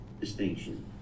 distinction